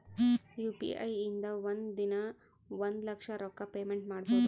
U P I ಇಂದ ಒಂದ್ ದಿನಾ ಒಂದ ಲಕ್ಷ ರೊಕ್ಕಾ ಪೇಮೆಂಟ್ ಮಾಡ್ಬೋದ್